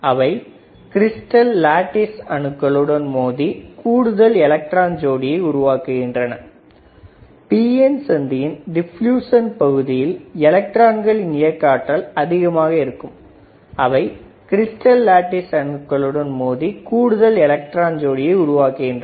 அவை crystal lattice அணுக்களுடன் மோதி கூடுதல் எலக்ட்ரான் ஜோடியை உருவாக்குகின்றன